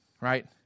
right